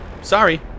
Sorry